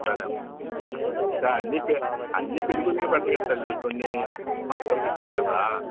సరే అమ్మా దా అన్నీ పె అన్నీ పెళ్లి కూతురికే పెట్టరు కదా తల్లి కొన్ని పారంపర్యంగా ఇస్తారు కదా